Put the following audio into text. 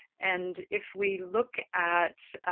and if we look at